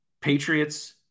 Patriots